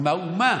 אם האומה